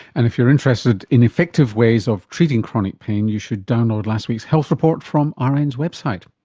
and if you're interested in effective ways of treating chronic pain you should download last week's health report from ah rn's website.